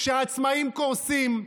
כשהעצמאים קורסים,